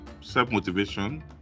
self-motivation